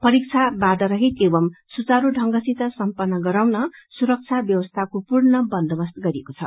परीक्षा वाधारहित एवम् सुचारू ढंगसित सम्पन्न गराउनको निम्ति सुरक्षा व्यवस्थाको पूर्ण बन्दोवस्त गरिएको छ